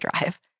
drive